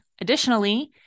Additionally